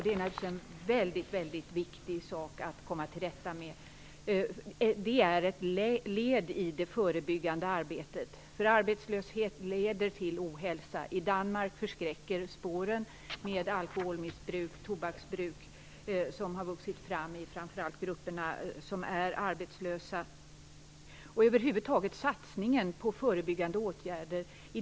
Det är en väldigt viktig sak att komma till rätta med. Det är ett led i det förebyggande arbetet, för arbetslöshet leder till ohälsa. I Danmark förskräcker spåren med alkoholoch tobakmissbruk som har vuxit fram i framför allt grupper av arbetslösa. Över huvud taget är satsningen på förebyggande åtgärder viktig.